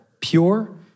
pure